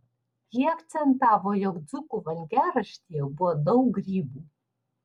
ji akcentavo jog dzūkų valgiaraštyje buvo daug grybų